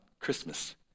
Christmas